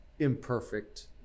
imperfect